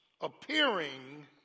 appearing